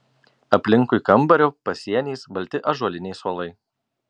aplinkui kambario pasieniais balti ąžuoliniai suolai